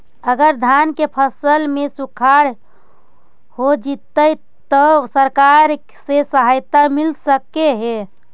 अगर धान के फ़सल में सुखाड़ होजितै त सरकार से सहायता मिल सके हे?